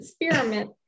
experiment